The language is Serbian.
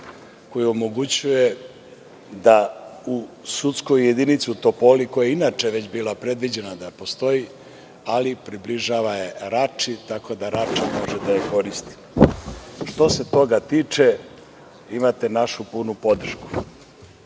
koji omogućuje da u sudskoj jedinici u Topoli, koja je inače već bila predviđena da postoji, ali približava je Rači, tako da Rača može da je koristi. Što se toga tiče, imate našu punu